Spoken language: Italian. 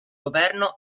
governo